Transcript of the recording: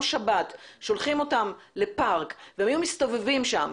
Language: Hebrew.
שבת שולחים אותם לפארק והם היו מסתובבים שם,